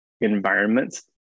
environments